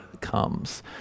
comes